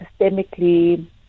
systemically